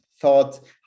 thought